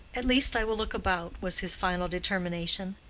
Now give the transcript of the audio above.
at least, i will look about, was his final determination.